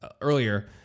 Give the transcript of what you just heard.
earlier